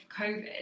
COVID